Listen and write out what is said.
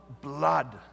blood